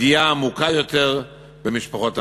פגיעה עמוקה יותר במשפחות העניים.